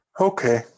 okay